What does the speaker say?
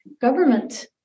Government